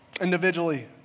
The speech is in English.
Individually